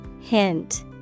Hint